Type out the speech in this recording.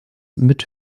mit